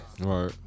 Right